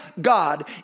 God